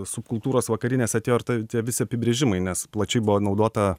subkultūros vakarinės atėjo ir tai tie visi apibrėžimai nes plačiai buvo naudota